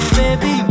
baby